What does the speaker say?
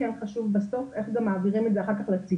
כן חשוב בסוף איך גם מעבירים את זה אחר כך לציבור.